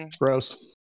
Gross